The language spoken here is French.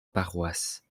paroisse